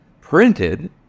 printed